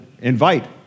invite